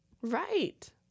Right